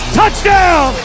touchdown